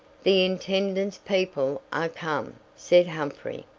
the intendant's people are come, said humphrey,